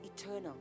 eternal